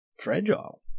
fragile